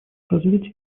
развитие